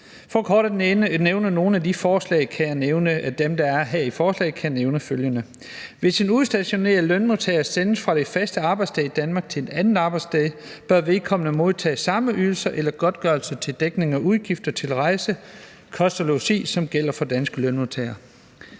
de forslag, der er her i forslaget, kan jeg nævne følgende: Hvis en udstationeret lønmodtager sendes fra det faste arbejdssted i Danmark til et andet arbejdssted, bør vedkommende modtage samme ydelse eller godtgørelse til dækning af udgifter til rejse, kost og logi, som gælder for danske lønmodtagere.